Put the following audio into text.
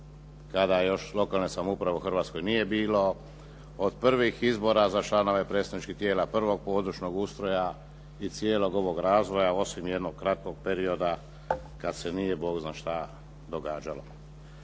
kada još lokalne samouprave u Hrvatskoj nije bilo. Od prvih izbora za članove predstavničkih tijela, prvog područnog ustroja i cijelog ovog razvoja osim jednog kratkog perioda kad se nije Bog zna što događalo.